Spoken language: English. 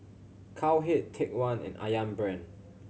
Cowhead Take One and Ayam Brand